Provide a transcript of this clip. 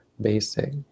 basic